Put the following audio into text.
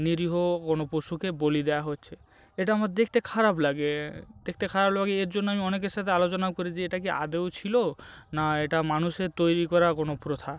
নিরীহ কোনো পশুকে বলি দেওয়া হচ্ছে এটা আমার দেখতে খারাপ লাগে দেখতে খারাপ লাগে এর জন্য আমি অনেকের সাথে আলোচনাও করেছি এটা কি আদৌ ছিল না এটা মানুষের তৈরি করা কোনো প্রথা